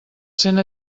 cent